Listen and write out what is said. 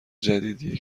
جدیدیه